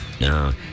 No